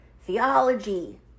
theology